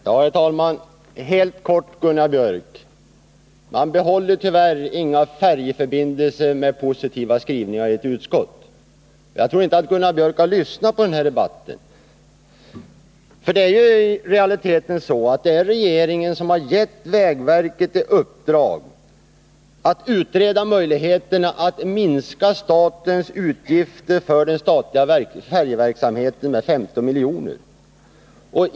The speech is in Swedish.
Herr talman! Jag vill helt kort säga till Gunnar Björk i Gävle att man tyvärr inte behåller några färjeförbindelser med positiva skrivningar i ett utskottsbetänkande. Jag tror inte att Gunnar Björk har lyssnat på den här debatten. I realiteten är det regeringen som gett vägverket i uppdrag att utreda möjligheterna att minska statens utgifter för den statliga färjeverksamheten med 50 miljoner.